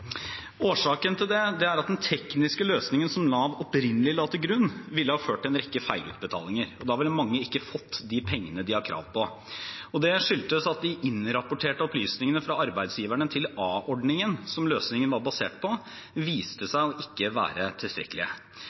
Årsaken til det er at den tekniske løsningen som Nav opprinnelig la til grunn, ville ha ført til en rekke feilutbetalinger, og da ville mange ikke ha fått de pengene de har krav på. Det skyldtes at de innrapporterte opplysningene fra arbeidsgiverne til a-ordningen, som løsningen var basert på, viste seg ikke å være tilstrekkelige.